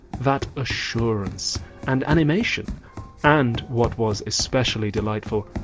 that assurance and animation and, what was especially delightful,